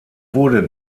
wurde